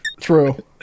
True